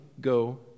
go